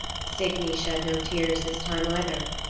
signy shed no tears this time either,